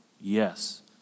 Yes